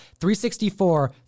364